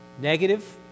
negative